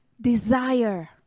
desire